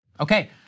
Okay